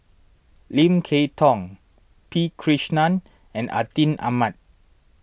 Lim Kay Tong P Krishnan and Atin Amat